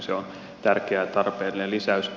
se on tärkeä ja tarpeellinen lisäys